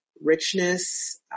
richness